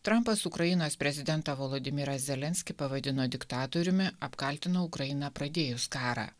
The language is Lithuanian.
trampas ukrainos prezidentą volodymyrą zelenskį pavadino diktatoriumi apkaltino ukrainą pradėjus karą